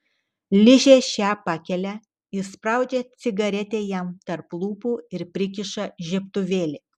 ližė šią pakelia įspraudžia cigaretę jam tarp lūpų ir prikiša žiebtuvėlį